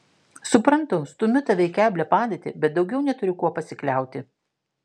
suprantu stumiu tave į keblią padėtį bet daugiau neturiu kuo pasikliauti